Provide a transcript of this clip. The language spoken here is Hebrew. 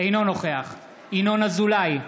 אינו נוכח ינון אזולאי,